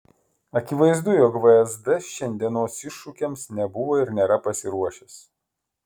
akivaizdu jog vsd šiandienos iššūkiams nebuvo ir nėra pasiruošęs